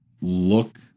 look